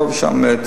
פה ושם,